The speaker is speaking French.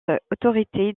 autorité